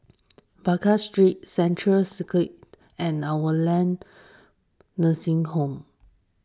Baker Street Central Circus and Our Lady Nursing Home